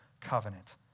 covenant